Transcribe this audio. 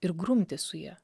ir grumtis su ja